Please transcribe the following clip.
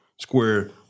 square